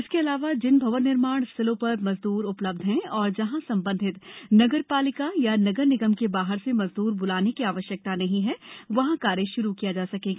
इसके अलावाजिन भवन निर्माण स्थलों पर मजदूर उपलब्ध हैं और जहां संबंधित नगरपालिका या नगर निगम के बाहर से मजदूर बुलाने की आवश्यकता नहीं है वहां कार्य शुरू किया जा सकेगा